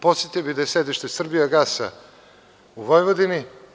Podsetio bih da je sedište „Srbija gasa“ u Vojvodini.